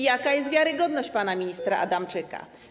Jaka jest wiarygodność pana ministra Adamczyka?